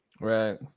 right